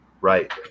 Right